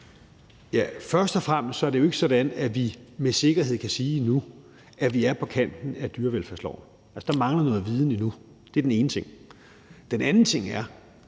Først og fremmest er det jo ikke sådan, at vi med sikkerhed kan sige endnu, at vi er på kanten af dyrevelfærdsloven; altså, der mangler noget viden endnu. Det er den ene ting. Den anden ting er,